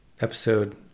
episode